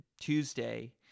Tuesday